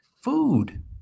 food